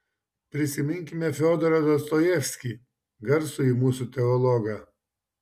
prisiminkime fiodorą dostojevskį garsųjį mūsų teologą